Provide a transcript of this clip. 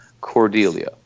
Cordelia